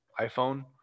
iPhone